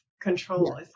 control